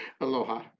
Aloha